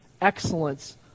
excellence